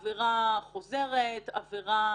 או למשל עבירה חוזרת וכדומה.